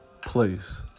place